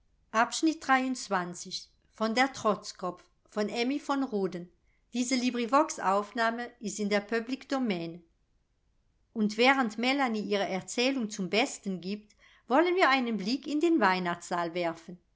und während melanie ihre erzählung zum besten giebt wollen wir einen blick in den weihnachtssaal werfen